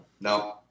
No